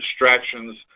distractions